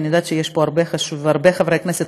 ואני יודעת שיש פה הרבה חברי כנסת,